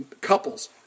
Couples